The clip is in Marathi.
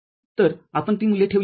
तर आपण ती मूल्ये ठेवली